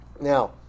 now